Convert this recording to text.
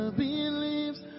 believes